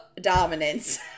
dominance